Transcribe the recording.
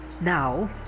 now